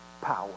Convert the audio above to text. power